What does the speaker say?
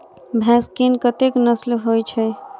भैंस केँ कतेक नस्ल होइ छै?